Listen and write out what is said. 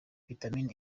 vitamine